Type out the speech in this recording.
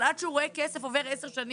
אבל עד שהוא רואה כסף עובר עשר שנים.